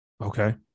Okay